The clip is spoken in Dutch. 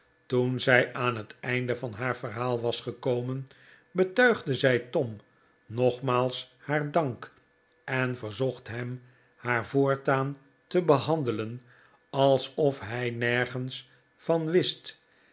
toen zij aan het einde van haar verhaal was gekomen betuigde zij tom nogmaals haar dank en verzocht hem haar voortaan te behandelen alsof hij nergens van wist